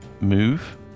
move